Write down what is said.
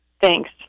thanks